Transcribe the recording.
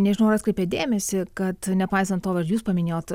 nežinau ar atkreipėt dėmesį kad nepaisant to ar jūs paminėjote